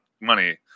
money